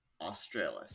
australis